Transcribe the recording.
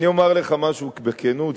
אני אומר לך משהו בכנות,